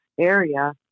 area